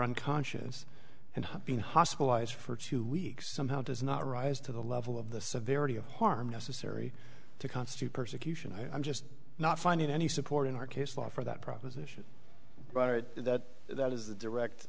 unconscious and being hospitalized for two weeks somehow does not rise to the level of the severity of harm necessary to constitute persecution i'm just not finding any support in our case law for that proposition but that that is the direct